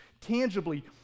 tangibly